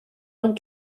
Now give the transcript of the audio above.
ond